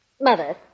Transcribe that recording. Mother